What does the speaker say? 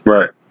Right